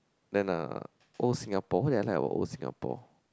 then ah old Singapore what that I like of Singapore